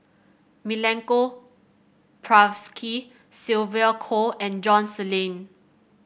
Milenko Prvacki Sylvia Kho and John's Lain